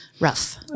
rough